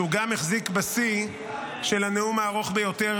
שהוא גם החזיק בשיא של הנאום הארוך ביותר